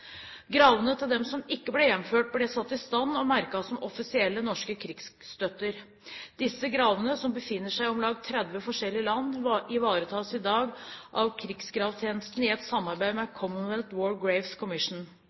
Gravene til de som ikke ble hjemført, ble satt i stand og merket som offisielle norske krigsgravstøtter. Disse gravene, som befinner seg i om lag 30 forskjellige land, ivaretas i dag av Krigsgravtjenesten i et samarbeid med